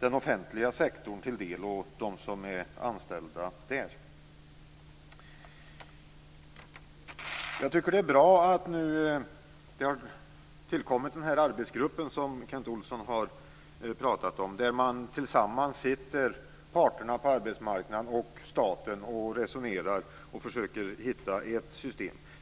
den offentliga sektorn och dem som är anställda där till del. Jag tycker att det är bra att den arbetsgrupp som Kent Olsson talade om har kommit till, där arbetsmarknadens parter och staten tillsammans resonerar och försöker hitta ett system.